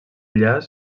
llac